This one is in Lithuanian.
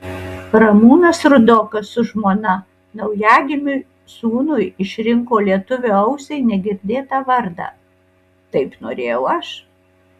ramūnas rudokas su žmona naujagimiui sūnui išrinko lietuvio ausiai negirdėtą vardą taip norėjau aš